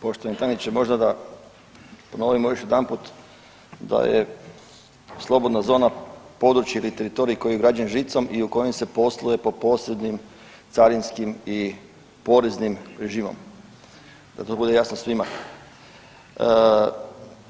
Poštovani tajniče, možda da ponovimo još jedanput da je slobodna zona područje ili teritorij koji je ograđen žicom i u kojem se posluje po posrednim carinskim i poreznim režimom da to bude jasno svima,